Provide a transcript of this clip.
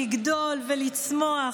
לגדול ולצמוח,